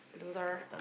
loser